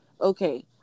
okay